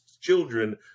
children